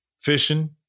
fishing